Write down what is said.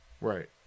Right